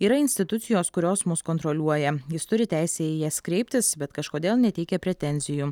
yra institucijos kurios mus kontroliuoja jis turi teisę į jas kreiptis bet kažkodėl neteikia pretenzijų